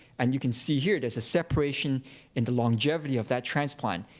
and you can see here, there's a separation in the longevity of that transplant.